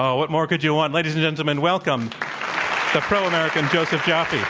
um what more could you want? ladies and gentlemen, welcome the pro-america josef joffe. yeah